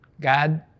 God